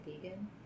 vegan